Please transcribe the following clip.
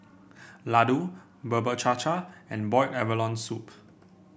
laddu Bubur Cha Cha and Boiled Abalone Soup